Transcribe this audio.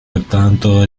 pertanto